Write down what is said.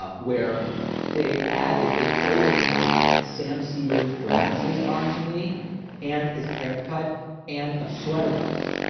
ah where they added, they photo shopped sam cedars glasses onto me and his haircut and a sweater vest,